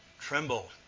Tremble